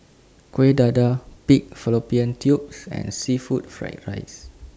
Kuih Dadar Pig Fallopian Tubes and Seafood Fried Rice